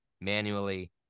manually